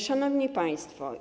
Szanowni Państwo!